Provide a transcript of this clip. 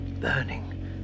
burning